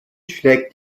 schlägt